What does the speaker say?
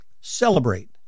Celebrate